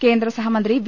കേന്ദ്ര സഹമന്ത്രി വി